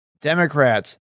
Democrats